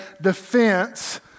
defense